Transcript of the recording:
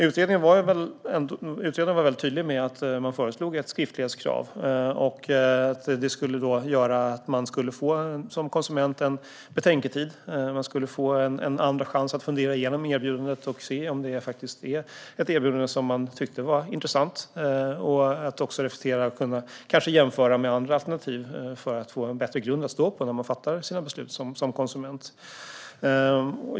Utredaren föreslog tydligt ett skriftlighetskrav. Det skulle göra att man som konsument skulle få en betänketid, en andra chans att fundera igenom erbjudandet, se om det är ett erbjudande som man tycker är intressant och kunna jämföra det med andra alternativ för att få en bättre grund att stå på när man fattar sina beslut.